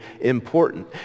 important